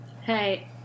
hey